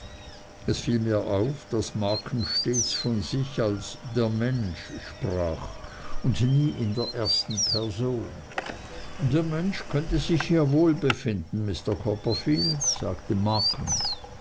es fiel mir auf daß markham stets von sich als der mensch sprach und nie in der ersten person der mensch könnte sich hier sehr wohl befinden mr copperfield sagte markham